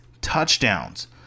touchdowns